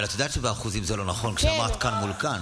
את יודעת שבאחוזים זה לא נכון כשאמרת "כאן מול כאן".